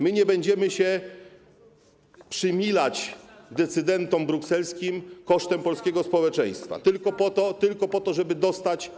My nie będziemy się przymilać decydentom brukselskim kosztem polskiego społeczeństwa, tylko po to, żeby dostać.